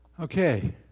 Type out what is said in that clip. Okay